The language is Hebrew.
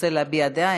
רוצה להביע דעה.